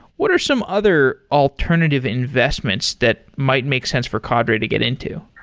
what are some other alternative investments that might make sense for cadre to get into?